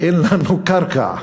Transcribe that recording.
אין לנו קרקע.